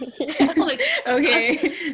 Okay